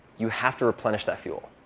you have to replenish that fuel.